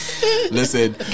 Listen